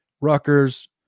Rutgers